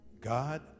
God